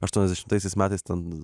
aštuoniasdešimtaisiais metais ten